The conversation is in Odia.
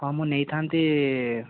ହଁ ମୁଁ ନେଇଥାନ୍ତି